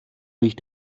durch